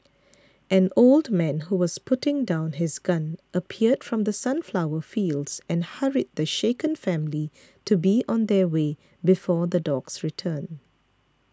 an old man who was putting down his gun appeared from the sunflower fields and hurried the shaken family to be on their way before the dogs return